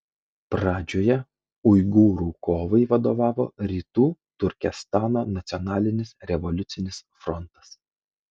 pradžioje uigūrų kovai vadovavo rytų turkestano nacionalinis revoliucinis frontas